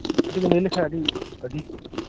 ᱠᱟᱹᱴᱤᱡ ᱮᱢ ᱞᱟᱹᱭ ᱞᱮᱠᱷᱟᱡ ᱟᱹᱰᱤ ᱵᱷᱟᱜᱤ ᱠᱚᱜᱼᱟ